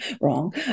wrong